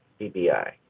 BBI